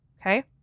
Okay